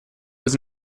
was